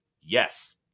Yes